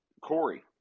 Corey